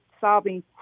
Solving